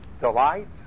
delight